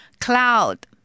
Cloud